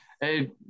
Hey